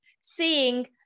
seeing